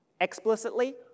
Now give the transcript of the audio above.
Explicitly